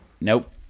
nope